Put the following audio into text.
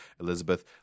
Elizabeth